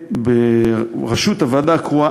שיהיה בראשות הוועדה הקרואה,